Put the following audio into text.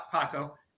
Paco